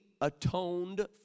atoned